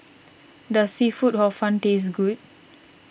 does Seafood Hor Fun taste good